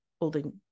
holding